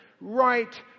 right